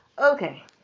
Okay